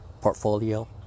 portfolio